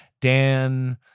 Dan